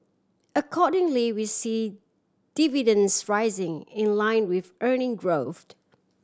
accordingly we see dividends rising in line with earning growth